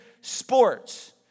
sports